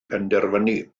penderfynu